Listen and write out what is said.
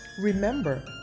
Remember